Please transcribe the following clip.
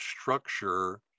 structure